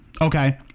Okay